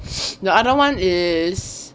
the other one is